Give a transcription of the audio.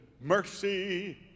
mercy